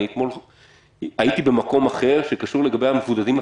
אני אתמול הייתי במקום אחר שקשור לגבי המבודדים,